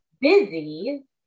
busy